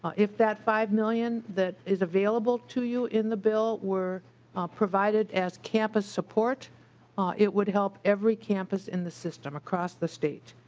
if that five million that is available to you in the bill were provided as campus support it would help every campus in the system across the state.